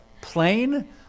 plain